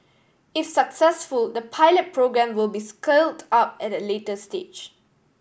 if successful the pilot programme will be scaled up at a later stage